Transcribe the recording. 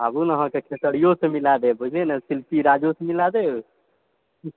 आबू न अहाँक खेसारियोसँ मिलै देब बुझलियै न शिल्पीराजोसँ मिलै देब